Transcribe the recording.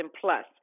plus